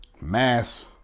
Mass